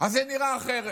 אז זה נראה אחרת,